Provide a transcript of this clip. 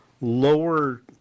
lower